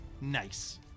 Nice